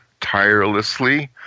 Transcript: tirelessly